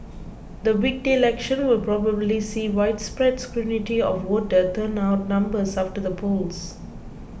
the weekday election will probably see widespread scrutiny of voter turnout numbers after the polls